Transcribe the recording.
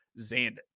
Zandon